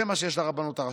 זה מה שיש לרבנות הראשית,